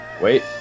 Wait